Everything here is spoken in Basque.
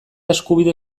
eskubide